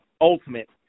Ultimate